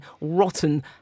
rotten